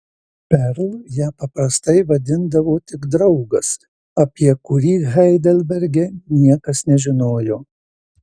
perl ją paprastai vadindavo tik draugas apie kurį heidelberge niekas nežinojo